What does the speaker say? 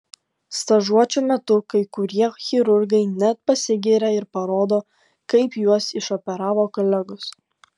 stažuočių metu kai kurie chirurgai net pasigiria ir parodo kaip juos išoperavo kolegos